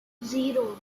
zero